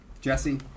Jesse